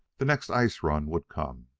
the next ice-run would come.